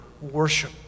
worship